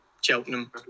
Cheltenham